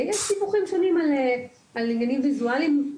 יש סיבוכים שונים על עניינים ויזואליים,